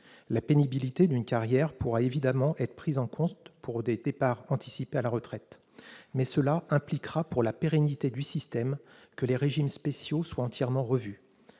La pénibilité d'une carrière pourra évidemment être prise en compte pour un départ anticipé à la retraite, mais cela impliquera, pour assurer la pérennité du système, que les régimes spéciaux soient entièrement revus,